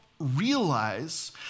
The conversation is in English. realize